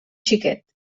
xiquet